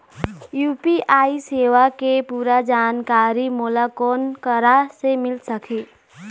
UPI सेवा के पूरा जानकारी मोला कोन करा से मिल सकही?